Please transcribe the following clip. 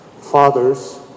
fathers